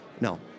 No